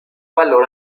valor